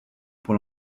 pour